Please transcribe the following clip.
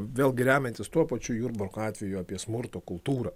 vėlgi remiantis tuo pačiu jurbarko atveju apie smurto kultūrą